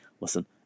listen